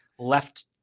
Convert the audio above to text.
left